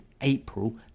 April